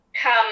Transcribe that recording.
come